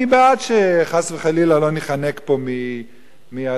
אני בעד שחס וחלילה לא ניחנק פה מ,,